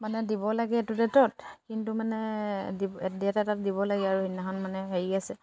মানে দিব লাগে এইটো ডেটত কিন্তু মানে ডেট এটাত দিব লাগে আৰু সেইদিনাখন মানে হেৰি আছে